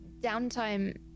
downtime